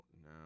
no